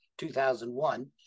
2001